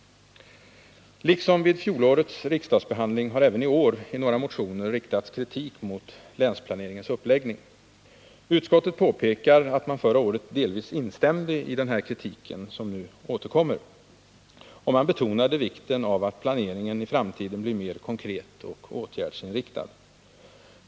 Liksom vid fjolårets riksdagsbehandling har även i år i några motioner riktats kritik mot länsplaneringens uppläggning. Utskottet påpekar att man förra året delvis instämde i den kritik som nu återkommer, och man betonade vikten av att planeringen blir mer konkret och åtgärdsinriktad.